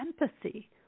empathy